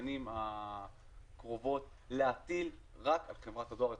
בשנים הקרובות להטיל רק על חברת הדואר את